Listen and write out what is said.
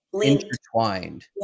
intertwined